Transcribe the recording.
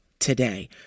Today